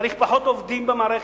צריך פחות עובדים במערכת,